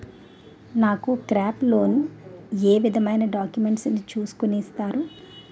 నాకు crop loan ఏ విధమైన డాక్యుమెంట్స్ ను చూస్కుని ఇస్తారు?